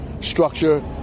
structure